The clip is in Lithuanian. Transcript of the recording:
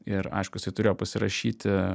ir aišku jisai turėjo pasirašyti